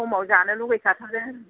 समाव जानो लुबैखाथारो